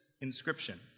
inscription